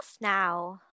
now